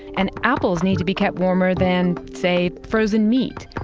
and apples need to be kept warmer than say, frozen meat.